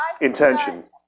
Intention